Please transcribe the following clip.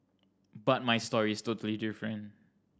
but my story is totally different